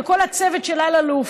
ולכל הצוות של אלאלוף,